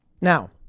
Now